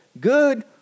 good